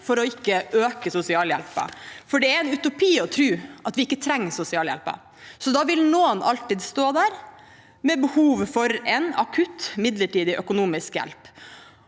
for å ikke øke sosialhjelpen, for det er en utopi å tro at vi ikke trenger sosialhjelpen. Noen vil alltid ha behov for akutt midlertidig økonomisk hjelp.